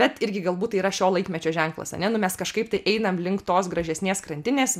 bet irgi galbūt tai yra šio laikmečio ženklas ane nu mes kažkaip tai einam link tos gražesnės krantinės